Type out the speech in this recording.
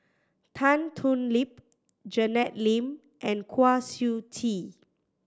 Tan Thoon Lip Janet Lim and Kwa Siew Tee